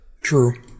True